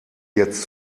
jetzt